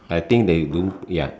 I think they do ya